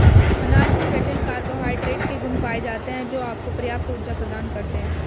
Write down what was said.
अनाज में जटिल कार्बोहाइड्रेट के गुण पाए जाते हैं, जो आपको पर्याप्त ऊर्जा प्रदान करते हैं